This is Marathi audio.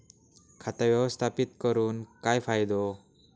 खाता व्यवस्थापित करून काय फायदो?